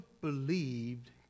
believed